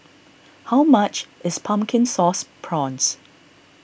how much is Pumpkin Sauce Prawns